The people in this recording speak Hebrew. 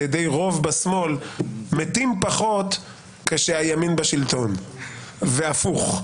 ידי רוב בשמאל מתים פחות כשהימין בשלטון והפוך.